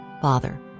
father